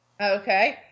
Okay